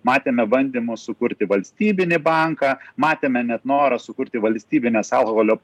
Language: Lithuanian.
matėme bandymus sukurti valstybinį banką matėme net norą sukurti valstybines alkoholio